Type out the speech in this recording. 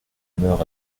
humeur